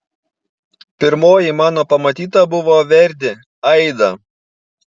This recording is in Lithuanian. pirmoji mano pamatyta buvo verdi aida